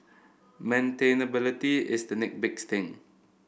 maintainability is the next big thing